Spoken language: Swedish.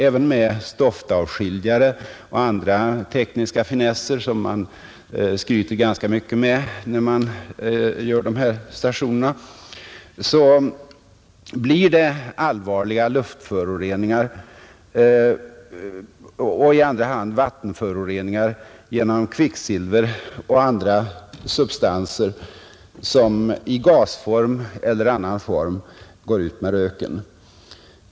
Även med stoftavskiljare och andra tekniska grejer, som man skryter ganska mycket med när man bygger dessa sopförbränningsanläggningar, blir det allvarliga luftföroreningar och i andra hand vattenföroreningar genom kvicksilver och andra substanser som i gasform eller i annan form går ut med röken.